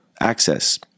access